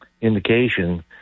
indication